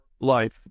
Life